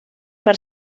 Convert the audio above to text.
per